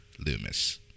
Loomis